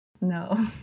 No